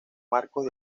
marcos